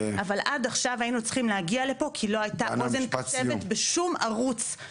אבל עד עכשיו היינו צריכים להגיע לפה כי לא הייתה אוזן קשבת בשום ערוץ,